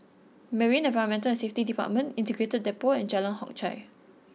Marine Environment and Safety Department Integrated Depot and Jalan Hock Chye